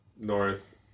north